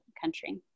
Country